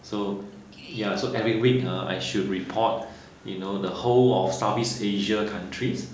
so ya so every week ah I should report you know the whole of southeast asia countries